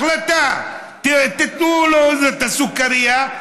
החלטה: תיתנו לו את הסוכרייה,